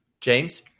James